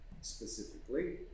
specifically